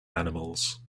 animals